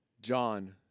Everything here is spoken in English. John